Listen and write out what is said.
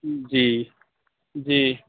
جی جی